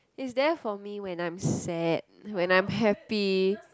is there for me when I'm sad when I'm happy